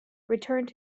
returned